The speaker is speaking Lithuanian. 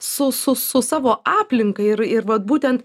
su su su savo aplinka ir ir vat būtent